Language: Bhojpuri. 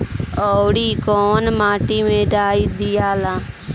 औवरी कौन माटी मे डाई दियाला?